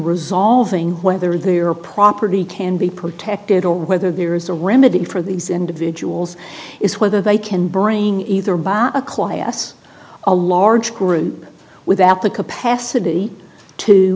resolving whether their property can be protected or whether there is a remedy for these individuals is whether they can bring either about a client's a large group without the capacity to